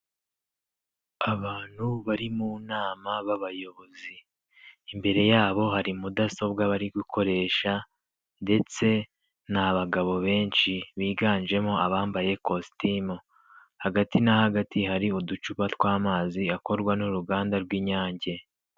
Abantu bari mu nama b'abayobozi, imbere yabo hari mudasobwa bari gukoresha ndetse ni abagabo benshi biganjemo abambaye kositimu, hagati na hagati hari uducupa tw'amazi akorwa n'uruganda rw'Inyange.